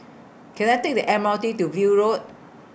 Can I Take The M R T to View Road